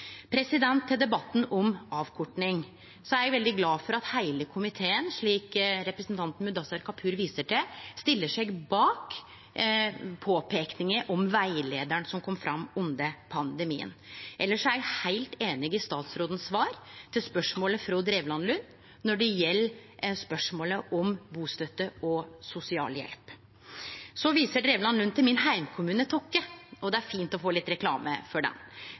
Til debatten om avkorting: Eg er glad for at heile komiteen, slik representanten Mudassar Kapur viste til, stiller seg bak påpeikinga om rettleiaren som kom under pandemien. Elles er eg heilt einig i statsrådens svar på spørsmålet frå Drevland Lund når det gjeld spørsmålet om bustøtte og sosialhjelp. Så viser Drevland Lund til min heimkommune, Tokke, og det er fint å få litt reklame for